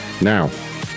now